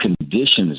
conditions